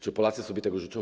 Czy Polacy sobie tego życzą?